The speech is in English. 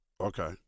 Okay